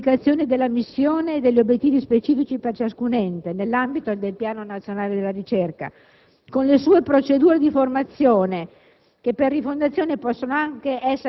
la responsabilità del Governo nell'indicazione della missione e degli obiettivi specifici per ciascun ente, nell'ambito del Piano nazionale della ricerca, con le sue procedure di formazione,